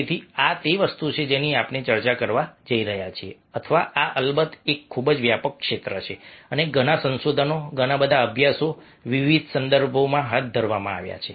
તેથી આ તે વસ્તુ છે જેની આપણે ચર્ચા કરવા જઈ રહ્યા છીએ અથવા આ અલબત્ત એક ખૂબ જ વ્યાપક ક્ષેત્ર છે અને ઘણાં સંશોધનો ઘણાં બધાં અભ્યાસો વિવિધ સંદર્ભોમાં હાથ ધરવામાં આવ્યા છે